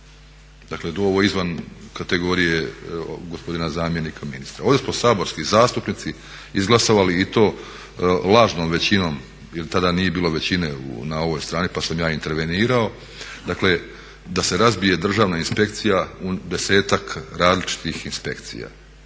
Dakle do ovo izvan kategorije gospodina zamjenika ministra. Ovdje smo saborski zastupnici izglasali i to lažnom većinom, jer tada nije bilo većine na ovoj strani pa sam ja intervenirao, dakle da se razbije državna inspekcija u 10-ak različitih inspekcija.